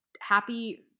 Happy